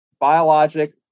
biologic